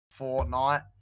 Fortnite